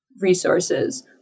resources